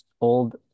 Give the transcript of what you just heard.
old